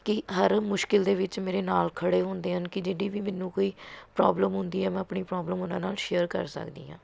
ਕਿ ਹਰ ਮੁਸ਼ਕਿਲ ਦੇ ਵਿੱਚ ਮੇਰੇ ਨਾਲ਼ ਖੜ੍ਹੇ ਹੁੰਦੇ ਹਨ ਕਿ ਜਿਹੜੀ ਮੈਨੂੰ ਕੋਈ ਪ੍ਰੋਬਲਮ ਹੁੰਦੀ ਆ ਮੈਂ ਆਪਣੀ ਪ੍ਰੋਬਲਮ ਉਹਨਾਂ ਨਾਲ਼ ਸ਼ੇਅਰ ਕਰ ਸਕਦੀ ਹਾਂ